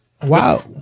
Wow